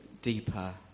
deeper